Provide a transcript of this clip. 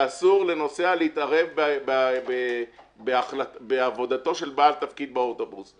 שאסור לנוסע להתערב בעבודתו של בעל תפקיד באוטובוס.